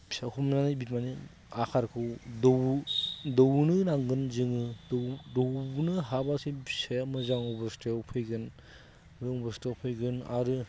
फिसाखौ हमनानै बिमानो आहारखौ दौ दौनो नांगोन जोङो दौ दौनो हाब्लासो फिसाया मोजां अबस्थायाव फैगोन मोजां अबस्थायाव फैगोन आरो